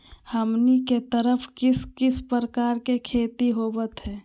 हमनी के तरफ किस किस प्रकार के खेती होवत है?